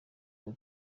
ngo